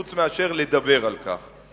חוץ מלדבר על כך.